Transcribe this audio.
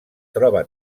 troba